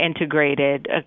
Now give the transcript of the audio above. integrated